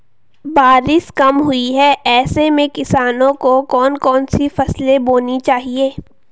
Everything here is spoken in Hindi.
बारिश कम हुई है ऐसे में किसानों को कौन कौन सी फसलें बोनी चाहिए?